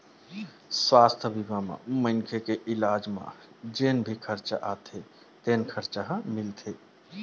सुवास्थ बीमा म मनखे के इलाज म जेन भी खरचा आथे तेन खरचा ह मिलथे